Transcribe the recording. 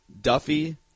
Duffy